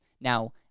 Now